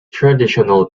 traditional